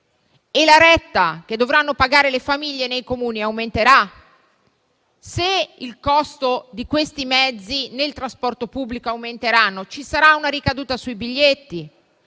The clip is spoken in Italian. la retta che dovranno pagare le famiglie nei Comuni. Se il costo di questi mezzi di trasporto pubblico aumenterà, ci sarà una ricaduta sui biglietti.